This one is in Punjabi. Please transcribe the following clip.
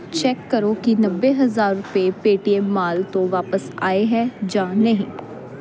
ਚੈੱਕ ਕਰੋ ਕੀ ਨੱਬੇ ਹਜ਼ਾਰ ਰੁਪਏ ਪੇਟੀਐਮ ਮਾਲ ਤੋਂ ਵਾਪਸ ਆਏ ਹੈ ਜਾਂ ਨਹੀਂ